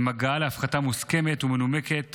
עם הגעה להפחתה מוסכמת ומנומקת